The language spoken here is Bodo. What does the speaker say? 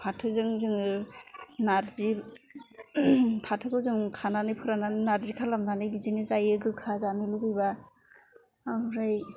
फाथोजों जोङो नार्जि फाथोखौ जों खानानै फोराननानै नार्जि खालामनानै बिदिनो जायो गोखा जानो लुगैबा ओमफ्राय